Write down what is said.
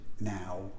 now